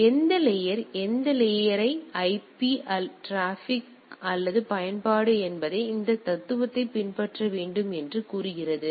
எனவே எந்த லேயர் எந்த லேயர்அது ஐபி அல்லது டிராபிக் அல்லது பயன்பாடு என்பதை இந்த தத்துவத்தை பின்பற்ற வேண்டும் என்று கூறுகிறது